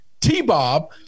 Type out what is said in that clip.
T-Bob